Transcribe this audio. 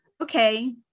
okay